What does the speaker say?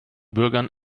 bürgern